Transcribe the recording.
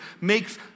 makes